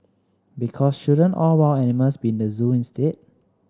because shouldn't all wild animals be in the zoo instead